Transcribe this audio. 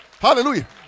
Hallelujah